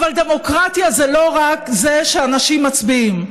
דמוקרטיה זה לא רק זה שאנשים מצביעים,